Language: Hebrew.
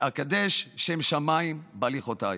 אקדש שם שמיים בהליכותיי.